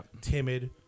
timid